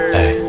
Hey